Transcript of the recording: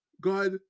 God